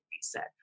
reset